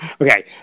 Okay